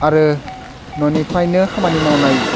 आरो न'निफ्रायनो खामानि मावनाय